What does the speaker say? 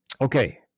Okay